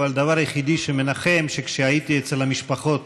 אבל הדבר היחידי שמנחם הוא שכשהייתי אצל המשפחות